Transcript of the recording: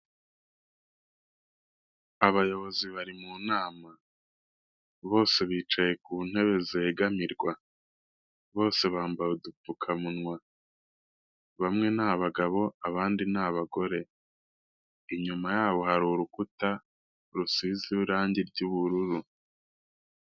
Abayobozi bari mu nama, bose bicaye ku ntebe zegamirwa, bose bambaye udupfukamunwa, bamwe ni abagabo abandi ni abagore, inyuma yabo hari urukuta, rusize irangi ry'ubururu.